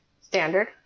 standard